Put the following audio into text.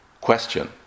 question